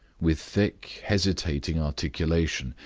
with thick, hesitating articulation,